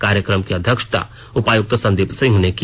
कार्यक्रम की अध्यक्षता उपायुक्त संदीप सिंह ने की